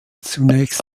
zunächst